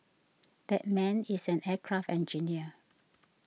that man is an aircraft engineer